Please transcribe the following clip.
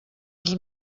els